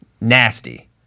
nasty